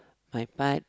my part